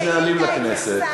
יש נהלים לכנסת,